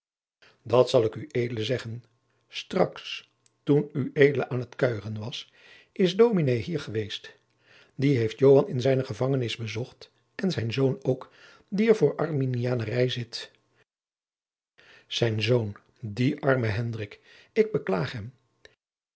dat zal ik ued zeggen straks toen ued aan t kuieren was is dominé hier geweest die heeft joan in zijne gevangenis bezocht en zijn zoon ook die er voor armianerij zit zijn zoon die arme hendrik ik beklaag hem